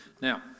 Now